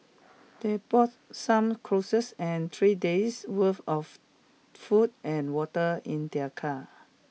they bought some clothes and three days' worth of food and water in their car